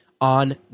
on